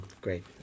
Great